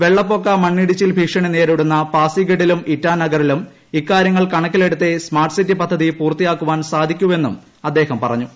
വെള്ളപ്പൊക്ക മണ്ണിടിച്ചിൽ ഭീഷണി നേരിടുന്ന പാസിഗഡിലും ഇറ്റാനഗറിലും ഇക്കാര്യങ്ങൾ കണക്കിലെടുത്തേ സ്മാർട്ട് സിറ്റി പദ്ധതി പൂർത്തിയാക്കുവാൻ സാധിക്കൂവെന്നും അദ്ദേഹം പറഞ്ഞു